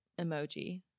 emoji